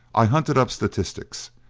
i hunted up statistics,